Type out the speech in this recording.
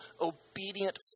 obedient